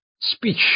speech